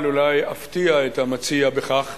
אבל אולי אפתיע את המציע בכך